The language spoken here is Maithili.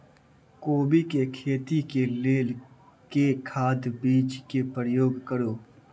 कोबी केँ खेती केँ लेल केँ खाद, बीज केँ प्रयोग करू?